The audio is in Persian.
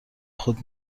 خود